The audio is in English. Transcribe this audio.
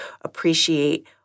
appreciate